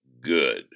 good